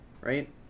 right